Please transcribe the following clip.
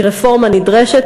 היא רפורמה נדרשת,